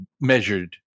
measured